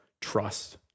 trust